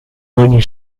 ogni